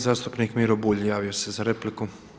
I zastupnik Miro Bulj javio se za repliku.